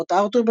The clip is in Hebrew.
מות ארתור,